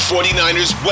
49ers